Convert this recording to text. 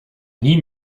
nie